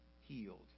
healed